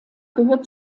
gehört